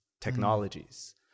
technologies